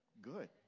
Good